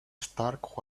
stark